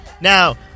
Now